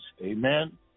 Amen